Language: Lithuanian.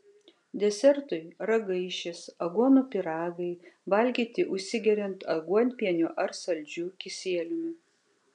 desertui ragaišis aguonų pyragai valgyti užsigeriant aguonpieniu ar saldžiu kisieliumi